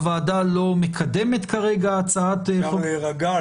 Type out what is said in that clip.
הוועדה לא מקדמת כרגע --- אפשר להירגע,